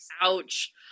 Ouch